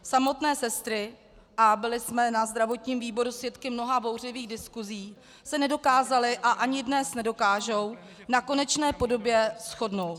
Samotné sestry, a byly jsme na zdravotním výboru svědky mnoha bouřlivých diskusí, se nedokázaly a ani dnes nedokážou na konečné podobě shodnout.